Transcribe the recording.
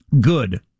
Good